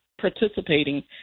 participating